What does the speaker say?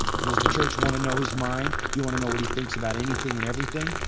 does the church want to know his mind? do you want to know what he thinks about anything and everything?